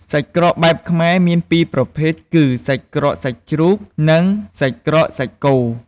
សាច់ក្រកបែបខ្មែរមាន២ប្រភេទគឹ សាច់ក្រកសាច់ជ្រូក និង សាច់ក្រកសាច់គោ។